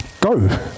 Go